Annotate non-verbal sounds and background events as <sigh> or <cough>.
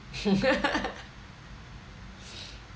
<laughs>